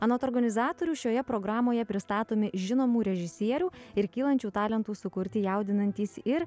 anot organizatorių šioje programoje pristatomi žinomų režisierių ir kylančių talentų sukurti jaudinantys ir